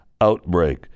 outbreak